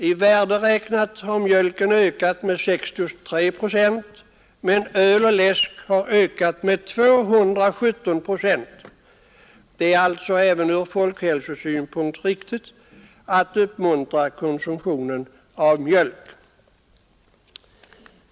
I värde räknat har mjölken ökat med 63 procent men öl och läsk med 217 procent. Det är alltså även ur folkhälsosynpunkt riktigt att uppmuntra konsumtion av mjölk.